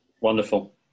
wonderful